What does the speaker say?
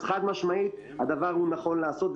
אז חד משמעית, הדבר הוא נכון לעשות.